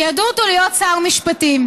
ייעדו אותו להיות שר משפטים.